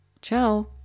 Ciao